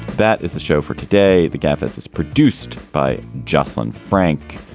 that is the show for today. the gafford is produced by jocelyn frank.